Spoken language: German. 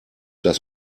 das